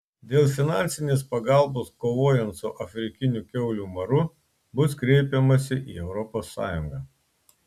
dėl finansinės pagalbos kovojant su afrikiniu kiaulių maru bus kreipiamasi į europos sąjungą